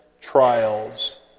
trials